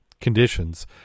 conditions